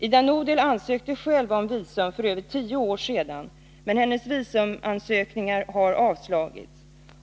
Ida Nudel ansökte själv om visum för över tio år sedan, men hennes visumansökningar har avslagits.